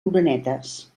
oronetes